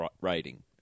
rating